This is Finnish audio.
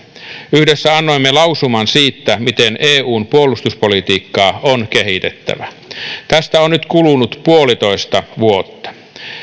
yhdessä annoimme lausuman siitä miten eun puolustuspolitiikkaa on kehitettävä tästä on nyt kulunut puolitoista vuotta